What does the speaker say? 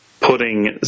putting